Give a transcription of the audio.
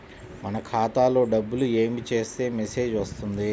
మన ఖాతాలో డబ్బులు ఏమి చేస్తే మెసేజ్ వస్తుంది?